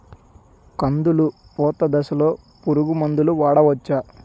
కందులు పూత దశలో పురుగు మందులు వాడవచ్చా?